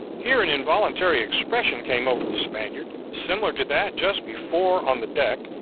here an involuntary expression came over the spaniard, similar to that just before on the deck,